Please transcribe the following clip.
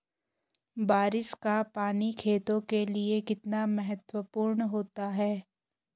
बारिश का पानी खेतों के लिये कितना महत्वपूर्ण होता है?